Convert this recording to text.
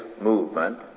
movement